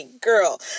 girl